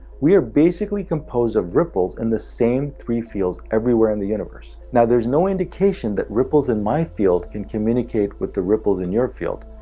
we are basically composed of ripples in the same three fields everywhere in the universe. now, there's no indication that ripples in my field can communicate with the ripples in your field,